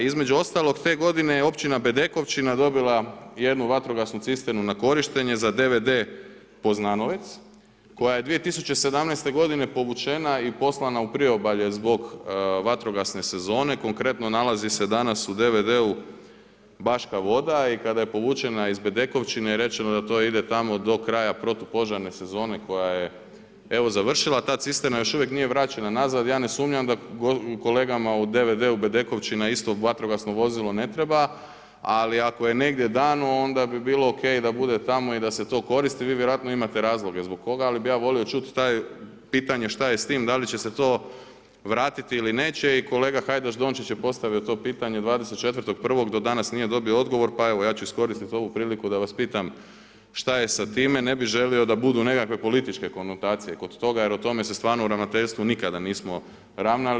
Između ostaloga te godine je općina Bedekovčina dobila jednu vatrogasnu cisternu na korištenje za DVD Poznanovec koja je 2017. godine povučena i poslana u priobalje zbog vatrogasne sezone, konkretno nalazi se danas u DVD-u Baška Voda i kada je povučena iz Bedekovčine, rečeno je da to ide tamo do kraja protupožarne sezone koja je evo završila, ta cisterna još uvijek nije vraćena nazad, ja ne sumnjam da kolegama u DVD-u Bedekovčina isto vatrogasno vozilo ne treba, ali ako je negdje dano onda bi bilo ok da bude tamo i da se to koristi, vi vjerojatno imate razloge zbog koga, ali bi ja volio čuti to pitanje šta je s tim, da li će se to vratiti ili neće i kolega Hajdaš Dončić je postavio to pitanje 24.1., do danas nije dobio odgovor pa evo ja ću iskoristiti ovu priliku da vas pitam šta je sa time, ne bi želio da budu nekakve političke konotacije kod toga jer o tome se stvarno u ravnateljstvu nikada nismo ravnali.